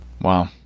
wow